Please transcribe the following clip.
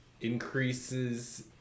increases